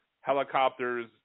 helicopters